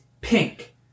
pink